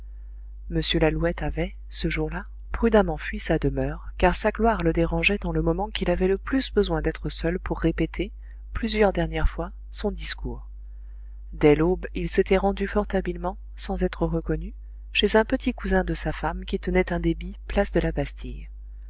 m lalouette avait ce jour-là prudemment fui sa demeure car sa gloire le dérangeait dans le moment qu'il avait le plus besoin d'être seul pour répéter plusieurs dernières fois son discours dès l'aube il s'était rendu fort habilement sans être reconnu chez un petit cousin de sa femme qui tenait un débit place de la bastille